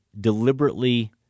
deliberately